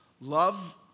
Love